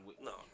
no